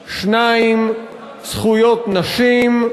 2. זכויות נשים,